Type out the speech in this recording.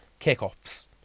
kickoffs